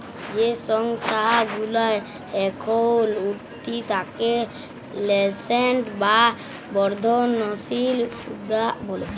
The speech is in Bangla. যেই সংস্থা গুলা এখল উঠতি তাকে ন্যাসেন্ট বা বর্ধনশীল উদ্যক্তা ব্যলে